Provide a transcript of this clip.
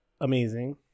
amazing